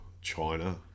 China